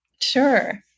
sure